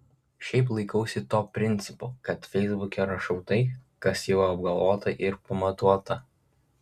šiaip laikausi to principo kad feisbuke rašau tai kas jau apgalvota ir pamatuota